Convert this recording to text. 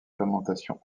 fermentation